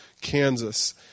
Kansas